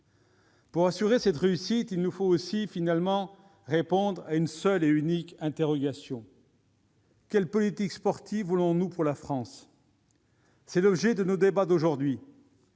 Pour assurer cette réussite, il nous faut répondre à une seule et unique interrogation : quelle politique sportive voulons-nous pour la France ? C'est l'objet de nos débats d'aujourd'hui.